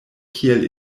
kiel